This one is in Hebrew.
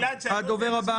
הדובר הבא.